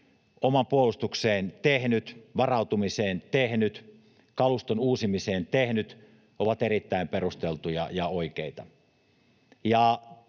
omaan puolustukseen, varautumiseen ja kaluston uusimiseen tehnyt, ovat erittäin perusteltuja ja oikeita.